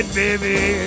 baby